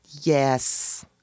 Yes